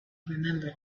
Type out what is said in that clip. remembered